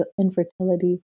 infertility